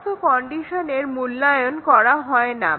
সমস্ত কন্ডিশনের মূল্যায়ন করা হয় না